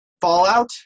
fallout